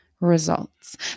results